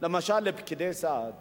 למשל לפקידי הסעד